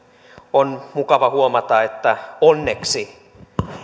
on mukava huomata että onneksi